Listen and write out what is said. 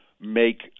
make